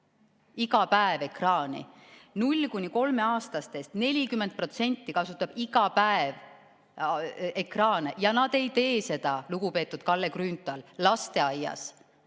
iga päev! – ekraani. Kuni kolmeaastastest 40% kasutab iga päev ekraane ja nad ei tee seda, lugupeetud Kalle Grünthal, lasteaias.